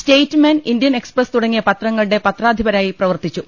Statesman Indian Express തുടങ്ങിയ പത്ര ങ്ങളുടെ പത്രാധിപരായി പ്രവർത്തിച്ചു